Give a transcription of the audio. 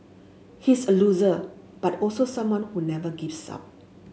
he's a loser but also someone who never gives up